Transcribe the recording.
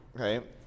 Okay